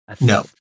No